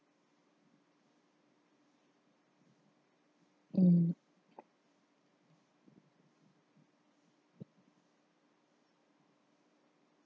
um